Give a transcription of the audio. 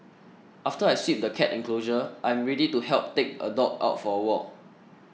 after I sweep the cat enclosure I am ready to help take a dog out for a walk